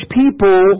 people